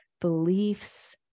beliefs